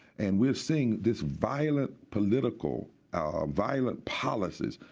and we're seeing this violent political, ah violent policies.